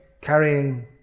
carrying